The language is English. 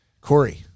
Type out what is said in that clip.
Corey